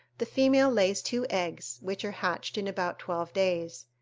the female lays two eggs, which are hatched in about twelve days.